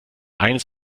eines